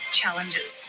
challenges